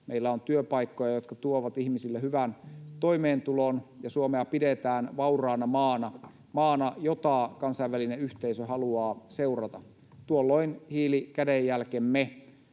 Meillä on työpaikkoja, jotka tuovat ihmisille hyvän toimeentulon, ja Suomea pidetään vauraana maana, jota kansainvälinen yhteisö haluaa seurata. Tuolloin hiilikädenjälkemme